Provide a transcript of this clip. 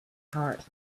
heart